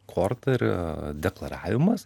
kortą ir deklaravimas